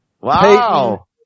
Wow